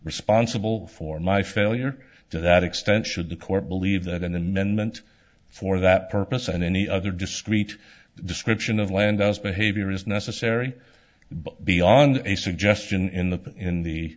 responsible for my failure to that extent should the court believe that an amendment for that purpose and any other discrete description of landau's behavior is necessary but beyond a suggestion in the in the